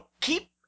keep